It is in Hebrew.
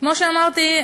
כמו שאמרתי,